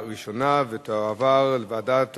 התשע"ב 2012, לוועדת החינוך,